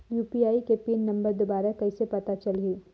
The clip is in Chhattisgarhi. यू.पी.आई के पिन नम्बर दुबारा कइसे पता चलही?